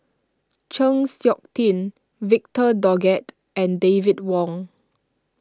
Chng Seok Tin Victor Doggett and David Wong